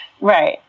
Right